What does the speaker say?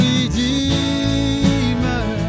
Redeemer